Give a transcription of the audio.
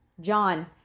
John